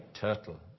turtle